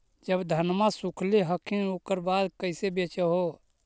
जब धनमा सुख ले हखिन उकर बाद कैसे बेच हो?